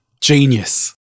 genius